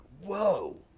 whoa